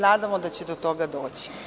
Nadamo se da će do toga doći.